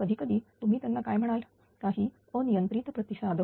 तर कधीकधी तुम्ही त्यांना काय म्हणाल काही अनियंत्रित प्रतिसाद